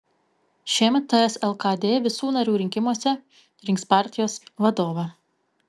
šiemet ts lkd visų narių rinkimuose rinks partijos vadovą